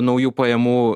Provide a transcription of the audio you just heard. naujų pajamų